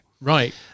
Right